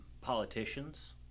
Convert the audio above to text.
politicians